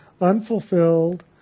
unfulfilled